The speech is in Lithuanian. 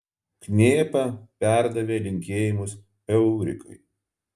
knėpa perdavė linkėjimus eurikai